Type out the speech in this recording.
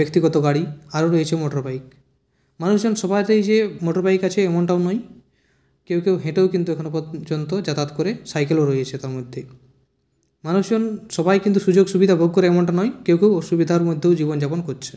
ব্যক্তিগত গাড়ি আর রয়েছে মোটরবাইক মানুষজন সবাইকেই যে মোটরবাইক আছে এমনটাও নয় কেউ কেউ হেঁটেও কিন্তু এখনো পর্যন্ত যাতায়াত করে সাইকেলও রয়েছে তার মধ্যে মানুষজন সবাই কিন্তু সুযোগসুবিধা ভোগ করে এমনটা নয় কেউ কেউ অসুবিধার মধ্যেও জীবন যাপন করছে